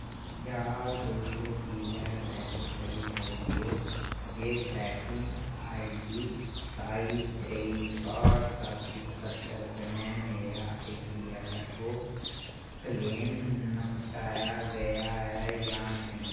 क्या तुस जि'ले चेक करी सकदे ओ जे ट्रैकिंग आई डी सताई त्रेई काह्ठ सत्तासी सतह्त्तर कन्नै मेरा I P F F O claim नपटाया गेआ ऐ जां नेईं